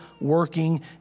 working